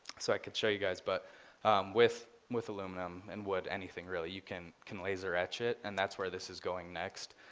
so i could show you guys but with with aluminum and wood anything really you can can laser etch it and that's where this is going next.